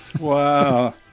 Wow